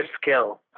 skill